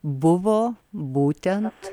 buvo būtent